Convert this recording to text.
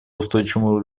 устойчивому